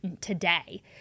today